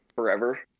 Forever